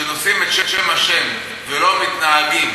כשנושאים את שם ה' ולא מתנהגים